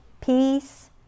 peace